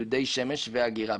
דודי שמש ואגירה,